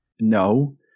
no